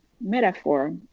metaphor